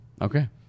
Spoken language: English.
Okay